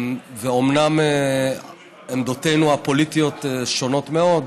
אומנם עמדותינו הפוליטיות שונות מאוד,